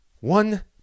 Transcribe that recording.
One